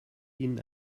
ihnen